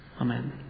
Amen